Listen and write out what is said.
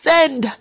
Send